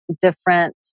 different